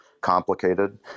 complicated